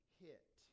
hit